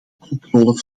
controle